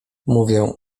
mówię